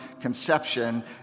conception